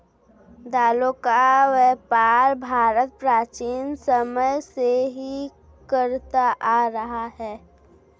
दालों का व्यापार भारत प्राचीन समय से ही करता आ रहा है